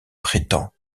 prétend